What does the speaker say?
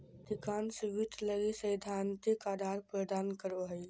अधिकांश वित्त लगी सैद्धांतिक आधार प्रदान करो हइ